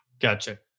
Gotcha